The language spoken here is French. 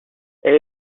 elle